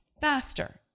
faster